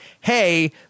hey